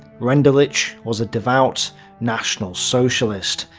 rendulic was a devout national socialist,